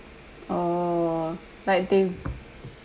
oh like they